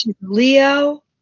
Leo